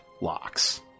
locks